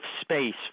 space